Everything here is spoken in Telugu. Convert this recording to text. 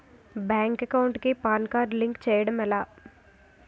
బ్యాంక్ అకౌంట్ కి పాన్ కార్డ్ లింక్ చేయడం ఎలా?